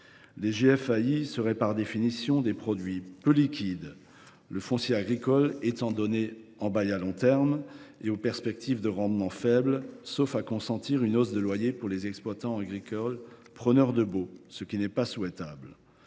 Les GFAI seront par définition des produits peu liquides, dans la mesure où le foncier agricole est donné à bail à long terme, et aux perspectives de rendement faibles, sauf à augmenter les loyers des exploitants agricoles preneurs de baux, ce qui n’est pas souhaitable.